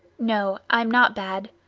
no i'm not bad.